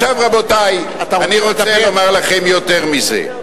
עכשיו, רבותי, אני רוצה לומר לכם יותר מזה.